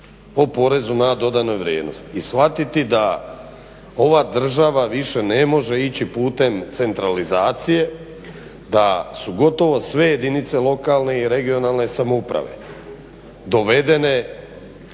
o porezu na dodanu vrijednost i shvatiti da ova država više ne može ići putem centralizacije, da su gotovo sve jedinice lokalne i regionalne samouprave dovedene